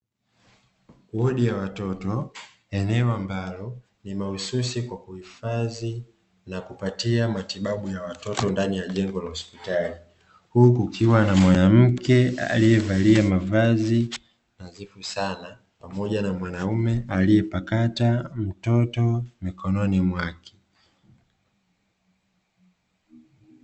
Wodi ya watoto, eneo ambalo ni mahususi kwa kuhifadhi na kupatia matibabu ya watoto ndani ya jengo la hopsitali, huku kukiwa na mwanamke aliyevalia mavazi nadhifu sana pamoja na mwanaume aliyepakata mtoto mikononi mwake.